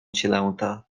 cielęta